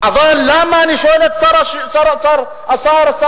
אבל אני שואל את שר הפנים,